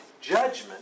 judgment